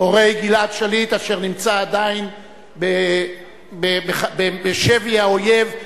הורי גלעד שליט אשר נמצא עדיין בשבי האויב,